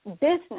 business